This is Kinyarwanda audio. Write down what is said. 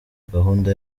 gahunda